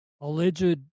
alleged